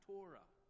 Torah